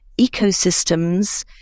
ecosystems